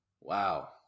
Wow